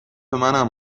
منم